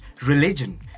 religion